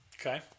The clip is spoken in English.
okay